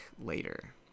later